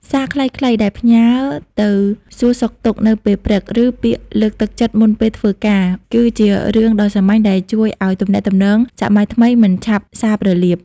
សារខ្លីៗដែលផ្ញើទៅសួរសុខទុក្ខនៅពេលព្រឹក ឬពាក្យលើកទឹកចិត្តមុនពេលធ្វើការ គឺជារឿងដ៏សាមញ្ញដែលជួយឱ្យទំនាក់ទំនងសម័យថ្មីមិនឆាប់សាបរលាប។